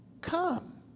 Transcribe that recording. come